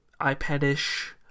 iPad-ish